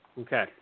Okay